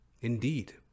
Indeed